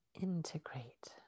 integrate